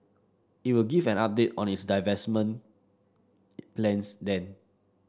it will give an update on its divestment plans then